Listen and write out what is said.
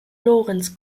lorenz